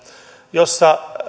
jossa